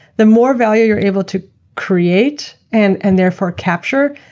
the more value you're able to create and and therefore capture.